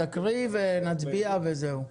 תקריא ונצביע, וזהו.